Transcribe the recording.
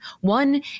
one